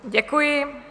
Děkuji.